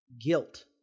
guilt